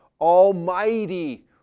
almighty